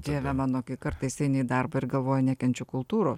dieve mano kaip kartais eini į darbą ir galvoji nekenčiu kultūros